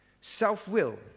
Self-will